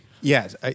Yes